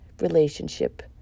relationship